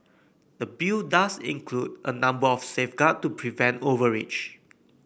the bill does include a number of safeguard to prevent overreach